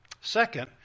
Second